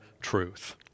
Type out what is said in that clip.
truth